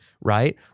right